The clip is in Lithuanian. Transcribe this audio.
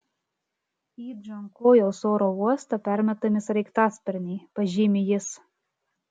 į džankojaus oro uostą permetami sraigtasparniai pažymi jis